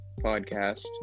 podcast